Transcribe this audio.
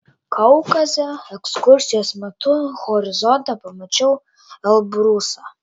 kaukaze ekskursijos metu horizonte pamačiau elbrusą